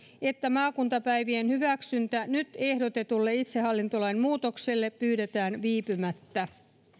että maakuntapäivien hyväksyntä nyt ehdotetulle itsehallintolain muutokselle pyydetään viipymättä